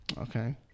Okay